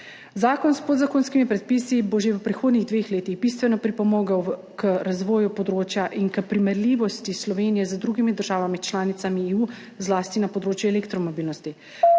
Zakon s podzakonskimi predpisi bo že v prihodnjih dveh letih bistveno pripomogel k razvoju področja in k primerljivosti Slovenije z drugimi državami članicami EU, zlasti na področju elektromobilnosti.